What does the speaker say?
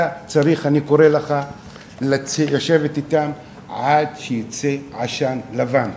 אני קורא לך לשבת אתם עד שיצא עשן לבן.